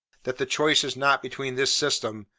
that the choice is not between this system,